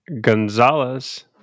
Gonzalez